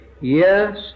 Yes